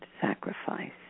sacrifice